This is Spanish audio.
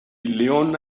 león